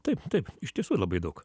taip taip iš tiesų labai daug